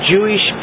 Jewish